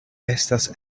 estas